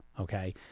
okay